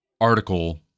article